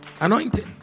Anointing